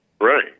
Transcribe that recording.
Right